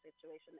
situation